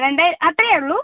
രണ്ടായിരം അത്രയെ ഉള്ളൂ